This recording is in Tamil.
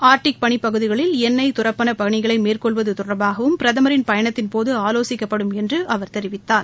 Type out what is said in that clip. ஆர்டிக் பளி பகுதிகளில் எண்ணெய் தரப்புனர்வு பணிகளை மேற்கொள்வது தொடர்பாகவும் பிரதமரின் பயணத்தின் போது ஆலோசிக்க்பபடும் என்று அவர் தெரிவித்தார்